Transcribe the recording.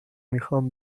میخوام